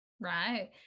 right